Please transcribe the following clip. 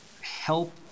help